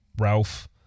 Ralph